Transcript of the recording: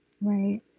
Right